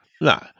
No